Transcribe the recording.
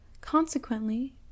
Consequently